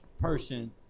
person